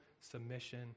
submission